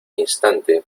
instante